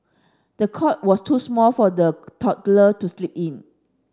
the cot was too small for the toddler to sleep in